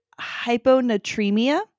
hyponatremia